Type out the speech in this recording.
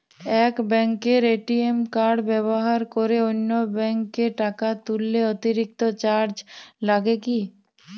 এক ব্যাঙ্কের ATM card ব্যবহার করে অন্য ব্যঙ্কে টাকা তুললে অতিরিক্ত চার্জ লাগে কি?